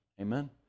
Amen